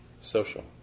social